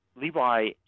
Levi